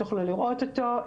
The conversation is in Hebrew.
תוכלו לראות אותו.